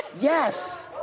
Yes